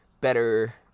better